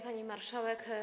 Pani Marszałek!